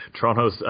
torontos